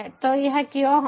तो यह क्यों है